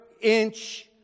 inch